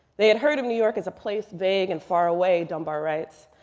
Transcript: they had heard of new york as a place vague and far away, dunbar writes.